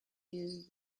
use